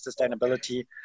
sustainability